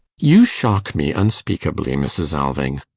you shock me unspeakably, mrs. alving.